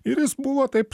ir jis buvo taip